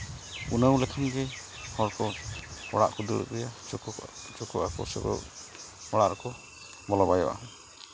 ᱩᱱᱟᱹᱣ ᱞᱮᱠᱷᱟᱱᱜᱮ ᱦᱚᱲ ᱠᱚ ᱚᱲᱟᱜ ᱠᱚ ᱫᱟᱹᱲ ᱟᱹᱜᱩᱭᱟ ᱪᱩᱠᱩ ᱠᱚᱜᱼᱟ ᱠᱚ ᱪᱩᱠᱩᱜ ᱟᱠᱚ ᱥᱩᱫᱷᱩ ᱚᱲᱟᱜ ᱨᱮᱠᱚ ᱵᱚᱞᱚ ᱵᱟᱭᱚᱜᱼᱟ